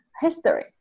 history